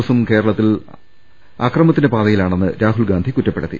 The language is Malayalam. എസ്സും കേരളത്തിൽ അക്രമത്തിന്റെ പാതയിലാണെന്ന് രാഹുൽ ഗാന്ധി കുറ്റപ്പെ ടുത്തി